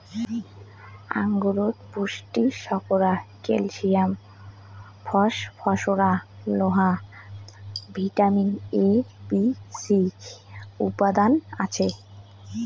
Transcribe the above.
আঙুরত protein, শর্করা, calcium, phosphorus, লোহা, vitamin A, B, C উপাদান আছে